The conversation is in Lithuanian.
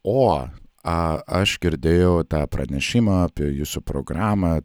o a aš girdėjau tą pranešimą apie jūsų programą